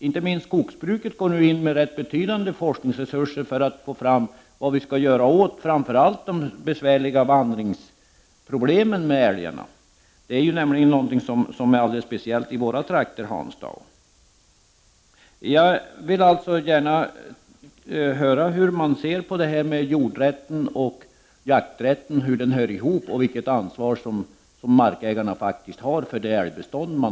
Inte minst skogsbruket går ju in med betydande forskningsresurser för att vi skall få fram vad man bör göra framför allt åt det besvärliga problemet med älgarnas vandring. Det är någonting som är speciellt påtagligt i våra trakter, Hans Dau. Jag vill alltså höra hur man ser på frågan om hur jordrätten och jakträtten hör ihop och vilket ansvar man anser att markägarna skall ha för sitt älgbestånd.